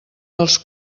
dels